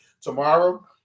tomorrow